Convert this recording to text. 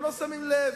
הם לא שמים לב.